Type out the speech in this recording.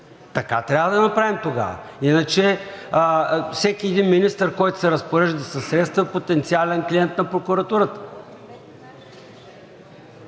Така трябва да направим тогава. Иначе всеки един министър, който се разпорежда със средства, е потенциален клиент на прокуратурата.